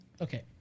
Okay